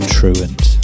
truant